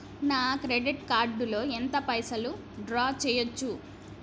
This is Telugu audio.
నా క్రెడిట్ కార్డ్ లో ఎంత పైసల్ డ్రా చేయచ్చు?